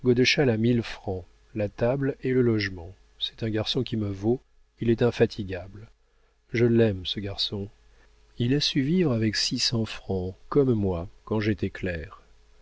la table et le logement c'est un garçon qui me vaut il est infatigable je l'aime ce garçon il a su vivre avec six cents francs comme moi quand j'étais clerc